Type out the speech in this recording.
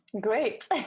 Great